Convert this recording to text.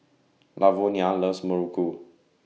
Lavonia loves Muruku